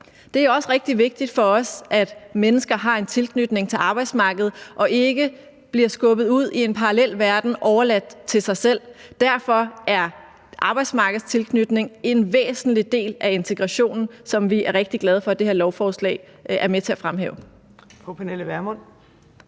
Det er også rigtig vigtigt for os, at mennesker har en tilknytning til arbejdsmarkedet og ikke bliver skubbet ud i en parallel verden overladt til sig selv. Derfor er arbejdsmarkedstilknytning en væsentlig del af integrationen, som vi er rigtig glade for at det her lovforslag er med til at fremhæve.